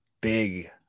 big